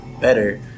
better